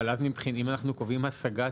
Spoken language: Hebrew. אם אנחנו קובעים השגה,